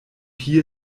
hier